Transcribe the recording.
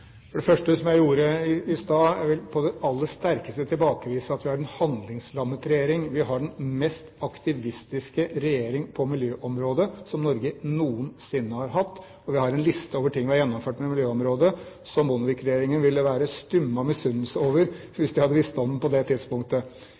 For det første vil jeg, som jeg gjorde i stad, på det aller sterkeste tilbakevise at vi har en handlingslammet regjering. Vi har den mest aktivistiske regjering på miljøområdet som Norge noensinne har hatt, og vi har en liste over ting vi har gjennomført på miljøområdet, som Bondevik-regjeringen ville vært stum av misunnelse over,